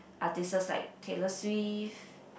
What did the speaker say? artistes like Taylor-Swift